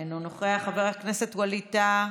אינו נוכח, חבר הכנסת ווליד טאהא,